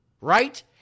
Right